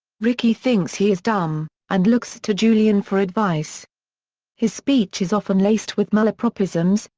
ricky thinks he is dumb, and looks to julian for advice his speech is often laced with malapropisms,